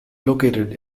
located